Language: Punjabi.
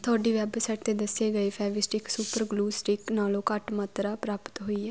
ਤੁਹਾਡੀ ਵੈੱਬਸਾਈਟ 'ਤੇ ਦੱਸੇ ਗਏ ਫੇਵਿਸਟਿਕ ਸੁਪਰ ਗਲੂ ਸਟਿਕ ਨਾਲੋਂ ਘੱਟ ਮਾਤਰਾ ਪ੍ਰਾਪਤ ਹੋਈ ਹੈ